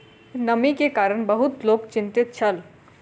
नमी के कारण बहुत लोक चिंतित छल